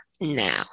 now